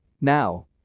Now